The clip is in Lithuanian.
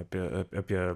apie apie